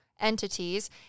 Entities